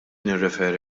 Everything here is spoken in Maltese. nirreferi